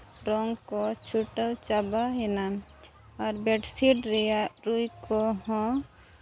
ᱨᱚᱝ ᱠᱚ ᱪᱷᱩᱴᱟᱹᱣ ᱪᱟᱵᱟᱭᱮᱱᱟ ᱟᱨ ᱵᱮᱰᱥᱤᱴ ᱨᱮᱭᱟᱜ ᱨᱩᱭ ᱠᱚᱦᱚᱸ